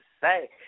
say